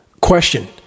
question